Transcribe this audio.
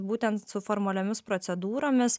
būtent su formaliomis procedūromis